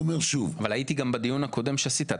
הייתי גם בדיון הקודם שעשית.